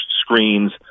screens